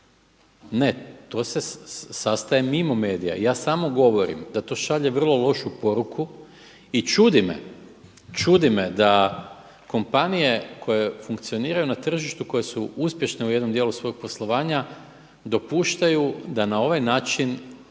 Ne, to se sastaje mimo medija i ja samo govorim da to šalje vrlo lošu poruku i čudi me da kompanije koje funkcioniraju na tržištu koje su uspješne u jednom dijelu svog poslovanja dopuštaju da na ovaj način